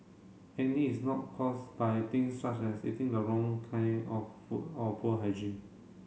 acne is not caused by things such as eating the wrong kind of food or poor hygiene